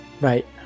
Right